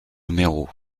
méreau